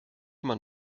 man